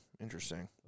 Interesting